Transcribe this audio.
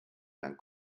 lang